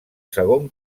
segon